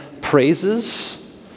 praises